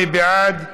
מי בעד?